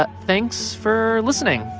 but thanks for listening,